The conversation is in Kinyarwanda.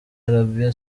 arabie